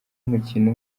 umukino